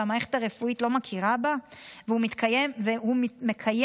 והמערכת הרפואית לא מכירה בה והוא מתקיים איתה,